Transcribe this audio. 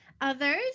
Others